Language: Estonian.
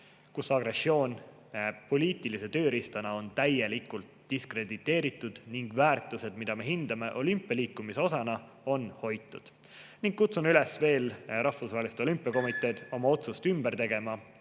kus agressioon poliitilise tööriistana on täielikult diskrediteeritud ning väärtused, mida me hindame olümpialiikumise osana, on hoitud. Kutsun Rahvusvahelist Olümpiakomiteed veel üles oma otsust ümber tegema